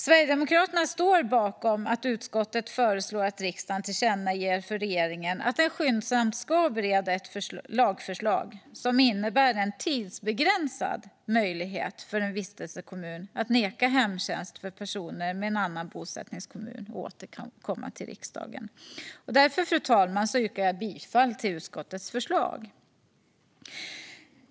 Sverigedemokraterna står bakom att utskottet föreslår att riksdagen tillkännager för regeringen att den skyndsamt ska bereda ett lagförslag som innebär en tidsbegränsad möjlighet för en vistelsekommun att neka hemtjänst för personer med en annan bosättningskommun och återkomma till riksdagen. Därför, fru talman, yrkar jag bifall till utskottets förslag.